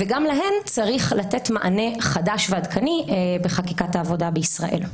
וגם להם צריך לתת מענה חדש ועדכני בחקיקת העבודה בישראל.